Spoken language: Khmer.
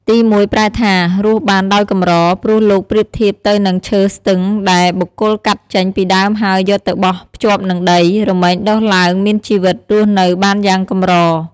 ទីមួយប្រែថារស់បានដោយកម្រ ព្រោះលោកប្រៀបធៀបទៅនឹងឈើស្នឹងដែលបុគ្គលកាត់ចេញពីដើមហើយយកទៅបោះភ្ជាប់នឹងដី រមែងដុះឡើងមានជីវិតរស់នៅបានយ៉ាងកម្រ។